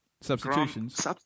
Substitutions